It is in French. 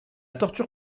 torture